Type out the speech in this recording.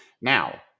Now